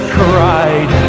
cried